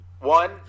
One